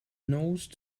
nose